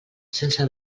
sense